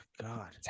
God